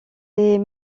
est